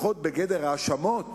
לפחות בגדר האשמות